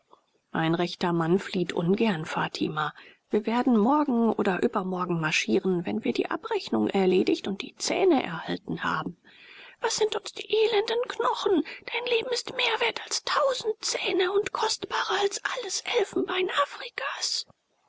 ein rechter mann flieht ungern fatima wir werden morgen oder übermorgen marschieren wenn wir die abrechnung erledigt und die zähne erhalten haben was sind uns die elenden knochen dein leben ist mehr wert als tausend zähne und kostbarer als alles elfenbein afrikas